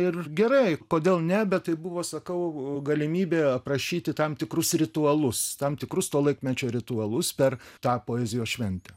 ir gerai kodėl ne bet tai buvo sakau galimybė aprašyti tam tikrus ritualus tam tikrus to laikmečio ritualus per tą poezijos šventę